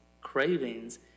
cravings